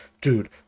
dude